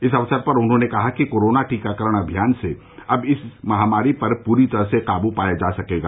इस अवसर पर उन्होंने कहा कि कोरोना टीकाकरण अभियान से अब इस महामारी पर पूरी तरह से क़ाबू पाया जा सकेगा